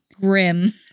grim